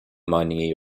mining